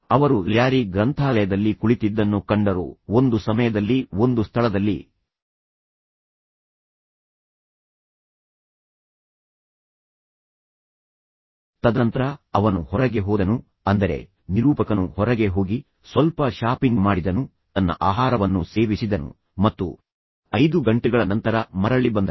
ಅವರು ಲ್ಯಾರಿ ಗ್ರಂಥಾಲಯದಲ್ಲಿ ಕುಳಿತಿದ್ದನ್ನು ಕಂಡರು ಒಂದು ಸಮಯದಲ್ಲಿ ಒಂದು ಸ್ಥಳದಲ್ಲಿ ತದನಂತರ ಅವನು ಹೊರಗೆ ಹೋದನು ಅಂದರೆ ನಿರೂಪಕನು ಹೊರಗೆ ಹೋಗಿ ಸ್ವಲ್ಪ ಶಾಪಿಂಗ್ ಮಾಡಿದನು ತನ್ನ ಆಹಾರವನ್ನು ಸೇವಿಸಿದನು ಮತ್ತು ಐದು ಗಂಟೆಗಳ ನಂತರ ಮರಳಿ ಬಂದನು